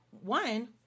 one